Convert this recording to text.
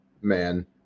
man